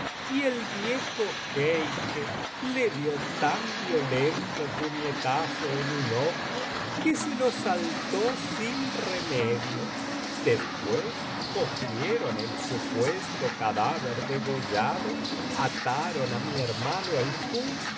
y el viejo jeique le dio tan violento puñetazo en un ojo que se lo saltó sin remedio después cogieron el supuesto cadáver degollado ataron á mi hermano el kuz y todo